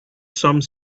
some